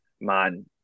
man